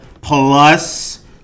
Plus